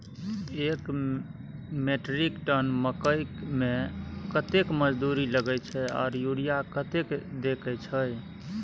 एक metric ton मकई में कतेक मजदूरी लगे छै आर यूरिया कतेक देके छै?